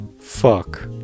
Fuck